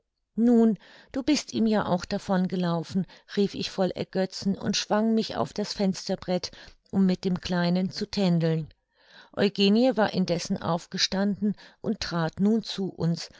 nun du bist ihm ja auch davon gelaufen rief ich voll ergötzen und schwang mich auf das fensterbret um mit dem kleinen zu tändeln eugenie war indessen aufgestanden und trat nun zu uns